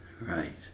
Right